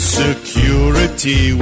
security